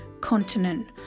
continent